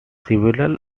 similar